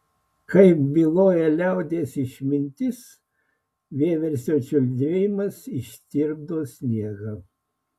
kaip byloja liaudies išmintis vieversio čiulbėjimas ištirpdo sniegą